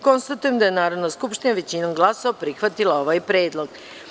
Konstatujem da je Narodna skupština većinom glasova prihvatila ovaj predlog.